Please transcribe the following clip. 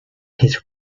his